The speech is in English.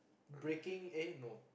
breaking A no